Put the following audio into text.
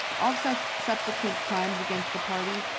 all so so subsequent crimes against the party,